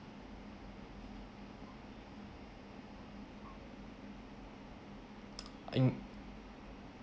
in